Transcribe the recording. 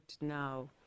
now